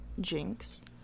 Jinx